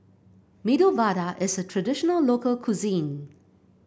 Medu Vada is a traditional local cuisine